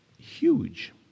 huge